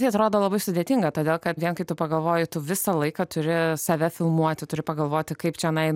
tai atrodo labai sudėtinga todėl kad vien kai tu pagalvoji tu visą laiką turi save filmuoti turi pagalvoti kaip čionai